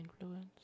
Influence